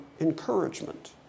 encouragement